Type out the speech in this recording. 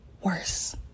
worse